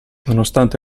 nonostante